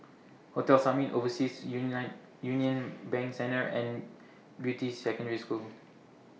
Hotel Summit Overseas Union Bank Centre and Beatty Secondary School